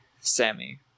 Sammy